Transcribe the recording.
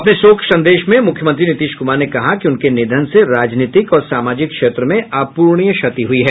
अपने शोक संदेश में मुख्यमंत्री नीतीश कुमार ने कहा कि उनके निधन से राजनीतिक और सामाजिक क्षेत्र में अप्रणीय क्षति हुई है